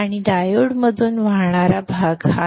आणि डायोडमधून वाहणारा भाग हा आहे